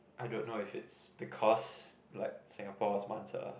I don't know if it's because like Singapore was once a